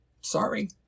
sorry